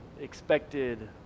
expected